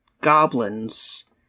goblins